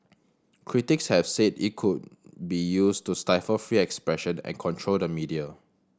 critics have said it could be used to stifle free expression and control the media